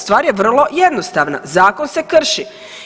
Stvar je vrlo jednostavna, zakon se krši.